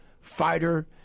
fighter